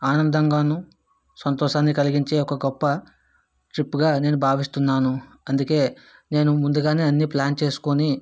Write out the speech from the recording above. ఆనందంగానూ సంతోషాన్ని కలిగించే ఒక గొప్ప ట్రిప్గా నేను భావిస్తున్నాను అందుకే నేను ముందుగానే అన్నీ ప్లాన్ చేసుకొని